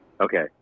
Okay